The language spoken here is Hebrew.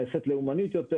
נעשית לאומנית יותר,